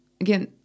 again